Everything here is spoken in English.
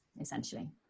essentially